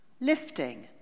Lifting